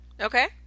Okay